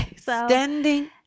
Standing